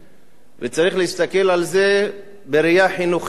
וצריך להסתכל על זה בראייה חינוכית פרופר.